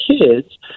kids